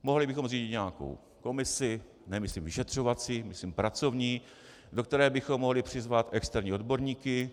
Mohli bychom zřídit nějakou komisi, nemyslím vyšetřovací, myslím pracovní, do které bychom mohli přizvat externí odborníky.